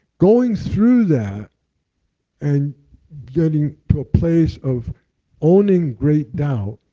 going through that and getting to a place of owning great doubt,